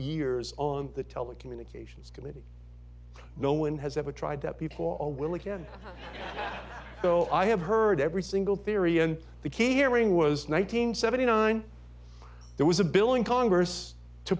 years on the telecommunications committee no one has ever tried that before or will again so i have heard every single theory and the key hearing was nine hundred seventy nine there was a bill in congress to